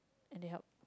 and they help